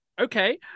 Okay